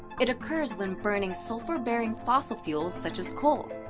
it occurs when burning sulfur baring fossil fuels, such as coal.